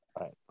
Right